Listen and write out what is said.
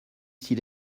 s’il